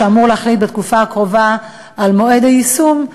שאמור להחליט בתקופה הקרובה על מועד היישום,